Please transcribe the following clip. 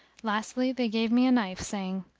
lastly they gave me a knife saying,